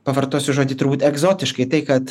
pavartosiu žodį turbūt egzotiškai tai kad